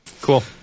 Cool